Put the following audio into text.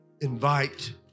invite